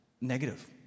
negative